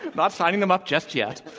not signing them up just yet.